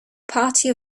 party